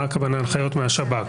מה הכוונה הנחיות מהשב"כ?